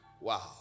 wow